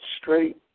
straight